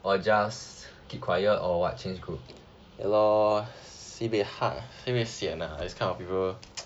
ya lor sibeh hard